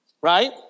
right